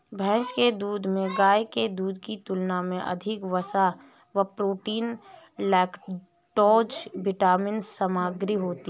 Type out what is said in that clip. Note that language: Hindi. भैंस के दूध में गाय के दूध की तुलना में अधिक वसा, प्रोटीन, लैक्टोज विटामिन सामग्री होती है